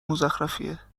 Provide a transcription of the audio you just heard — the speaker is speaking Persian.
مزخرفیه